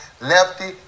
lefty